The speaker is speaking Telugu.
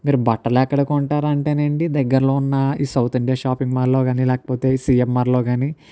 మీరు బట్టలు ఎక్కడ కొంటారా అంటేనా అండి దగ్గరలో ఉన్న ఈ సౌత్ ఇండియా షాపింగ్ మాల్లో కానీ లేకపోతే ఈ సియమ్ఆర్లో కానీ